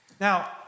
Now